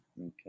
Okay